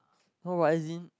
no but as in